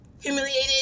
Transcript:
humiliated